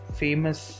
famous